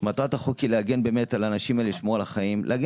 מטרת החוק היא להגן באמת על האנשים האלה ולשמור על החיים,